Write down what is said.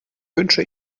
wünsche